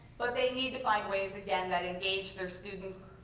but they need to find ways again that engage their students.